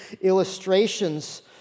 illustrations